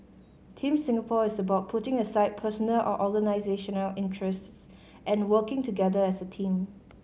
Team Singapore is about putting aside personal or organisational interests and working together as a team